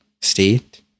state